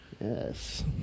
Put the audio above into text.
yes